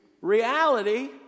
Reality